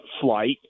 flight